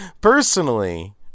personally